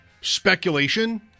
speculation